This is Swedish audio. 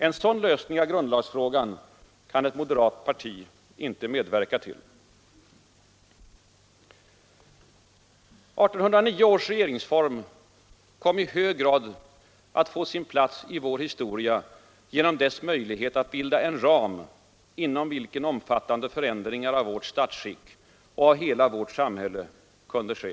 En sådan lösning av grundlagsfrågan kan ett moderat parti inte medverka till. 1809 års regeringsform kom i hög grad att få sin plats i vår historia genom dess möjlighet att bilda en ram, inom vilken omfattande förändringar av vårt statsskick och av hela vårt samhälle kunnat ske.